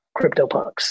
CryptoPunks